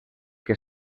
que